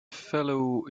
fellow